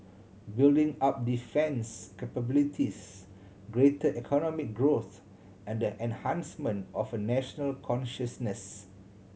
building up defence capabilities greater economic growth and the enhancement of a national consciousness